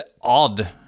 odd